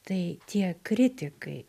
tai tie kritikai